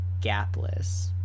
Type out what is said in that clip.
gapless